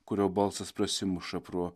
kurio balsas prasimuša pro